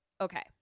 okay